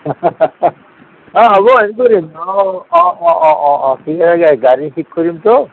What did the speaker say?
এ হ'ব হেৰি কৰিম অঁ অঁ অঁ গাড়ী ঠিক কৰিমতো